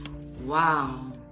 Wow